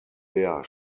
der